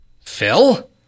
Phil